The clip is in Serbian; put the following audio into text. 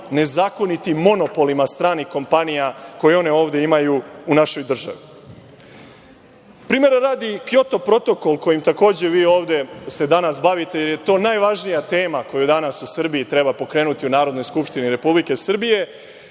nezakonitim monopolima stranih kompanije koje one ovde imaju u našoj državi. Primera radi, Kjoto protokol, kojim se takođe danas bavite, jer je to najvažnija tema koju danas u Srbiji treba pokrenuti u Narodnoj skupštini Republike Srbije,